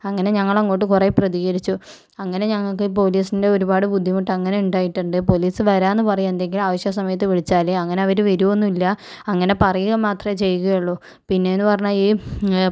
അങ്ങനെ ഞങ്ങളങ്ങോട്ട് കുറെ പ്രതികരിച്ചു അങ്ങനെ ഞങ്ങൾക്ക് പോലീസിൻ്റെ ഒരുപാടു ബുദ്ധിമുട്ട് അങ്ങനെ ഉണ്ടായിട്ടുണ്ട് പോലീസ് വരാന്ന് പറയും എന്തെങ്കിലും ആവശ്യ സമയത്തു വിളിച്ചാല് അങ്ങനെ അവര് വരുവൊന്നും ഇല്ല അങ്ങനെ പറയുക മാത്രമേ ചെയ്യുകയേ ഉള്ളു പിന്നെന്ന് പറഞ്ഞാൽ ഈ